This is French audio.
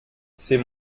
c’est